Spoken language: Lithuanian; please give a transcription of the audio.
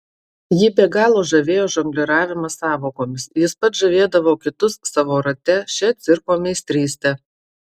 jį be galo žavėjo žongliravimas sąvokomis jis pats žavėdavo kitus savo rate šia cirko meistryste